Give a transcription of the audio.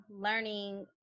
learning